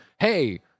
hey